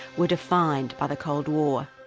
were defined by the cold war.